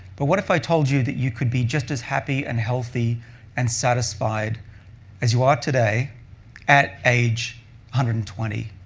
but what if i told you that you could be just as happy and healthy and satisfied as you are today at age one hundred and twenty?